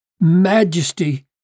majesty